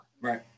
Right